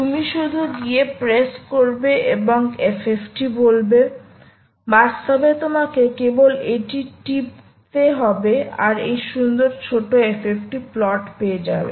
তুমি শুধু গিয়ে প্রেস করবে এবং FFT বলবে বাস্তবে তোমাকে কেবল এটি টিপ তে হবে আর এই সুন্দর ছোট FFT প্লট পেয়ে যাবে